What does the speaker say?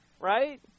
right